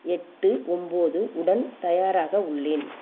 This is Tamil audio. எட்டு ஒன்போது உடன் தயாராக உள்ளேன்